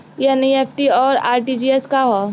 ई एन.ई.एफ.टी और आर.टी.जी.एस का ह?